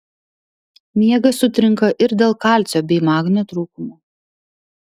miegas sutrinka ir dėl kalcio bei magnio trūkumo